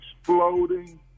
exploding